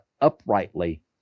uprightly